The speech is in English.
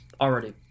already